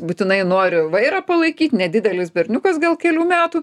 būtinai nori vairą palaikyt nedidelis berniukas gal kelių metų